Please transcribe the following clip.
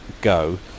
go